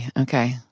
Okay